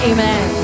Amen